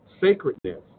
sacredness